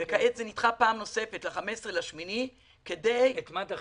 וכעת זה נדחה פעם נוספת ל-15 באוגוסט --- את מה דחית?